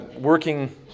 working